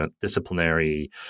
disciplinary